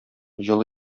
җылы